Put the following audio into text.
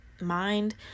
mind